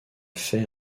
fait